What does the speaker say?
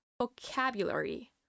vocabulary